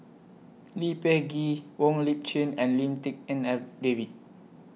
Lee Peh Gee Wong Lip Chin and Lim Tik En David